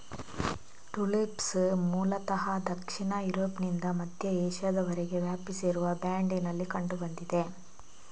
tulips ಮೂಲತಃ ದಕ್ಷಿಣ ಯುರೋಪ್ನಿಂದ ಮಧ್ಯ ಏಷ್ಯಾದವರೆಗೆ ವ್ಯಾಪಿಸಿರುವ ಬ್ಯಾಂಡಿನಲ್ಲಿ ಕಂಡು ಬಂದಿದೆ